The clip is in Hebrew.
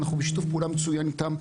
אנחנו בשיתוף פעולה מצוין איתם.